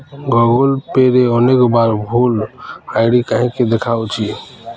Google ପେ'ରେ ଅନେକ ବାର ଭୁଲ ଆଇ ଡ଼ି କାହିଁକି ଦେଖାଉଛି